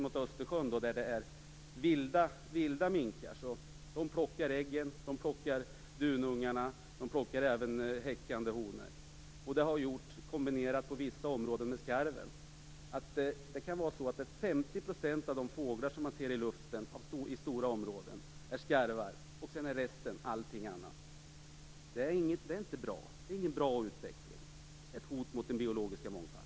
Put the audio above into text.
I Östersjöområdet finns det vilda minkar som tar ägg, dunungar och häckande honor. Kombinerat med skarvens utbredning har detta gjort att 50 % av fåglarna i luften utgörs av skarvar och resten övriga arter. Det är ingen bra utveckling. Det är ett hot mot den biologiska mångfalden.